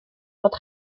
fod